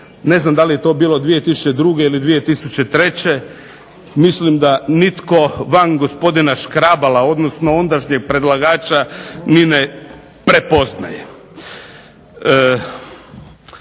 ne znam da li je to bilo 2002. ili 2003. mislim da nitko van gospodina Škrabala, odnosno ondašnjeg predlagača ni ne prepoznaje.